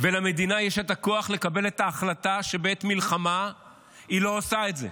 ולמדינה יש את הכוח לקבל את ההחלטה שבעת מלחמה היא לא עושה את זה.